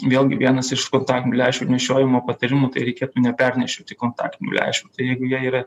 vėlgi vienas iš kontaktinių lęšių nešiojimo patarimų tai reikėtų nepernešioti kontaktinių lęšių tai jeigu jie yra